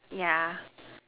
yeah